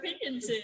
opinions